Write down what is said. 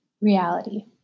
reality